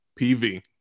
PV